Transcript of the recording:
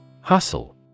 Hustle